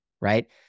right